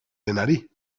denari